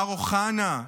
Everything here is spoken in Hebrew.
מר אוחנה,